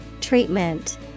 Treatment